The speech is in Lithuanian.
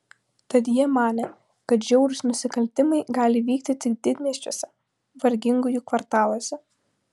tad jie manė kad žiaurūs nusikaltimai gali vykti tik didmiesčiuose vargingųjų kvartaluose